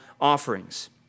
offerings